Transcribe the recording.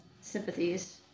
sympathies